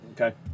Okay